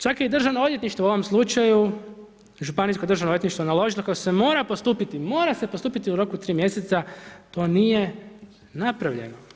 Čak je i odvjetništvo u ovom slučaju, Županijsko državno odvjetništvo naložilo kako se mora postupiti, mora se postupiti u roku od 3 mj. i to nije napravljeno.